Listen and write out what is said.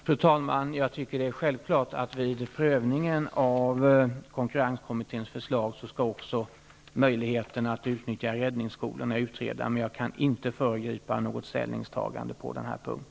Fru talman! Jag tycker att det är självklart att vid prövningen av konkurrenskommitténs förslag också möjligheten att utnyttja räddningsskolorna skall utredas, men jag kan inte föregripa något ställningstagande på denna punkt.